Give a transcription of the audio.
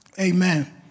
Amen